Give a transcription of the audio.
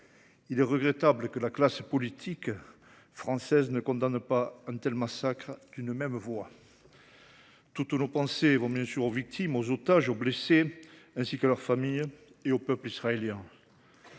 Il est regrettable que la classe politique française ne condamne pas un tel massacre d’une même voix. Toutes nos pensées vont bien sûr aux victimes, aux otages, aux blessés, ainsi qu’à leurs familles et au peuple israélien